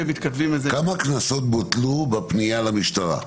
כמה קנסות בוטלו בפנייה למשטרה?